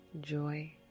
joy